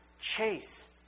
chase